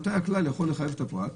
מתי הכלל יכול לחייב את הפרט.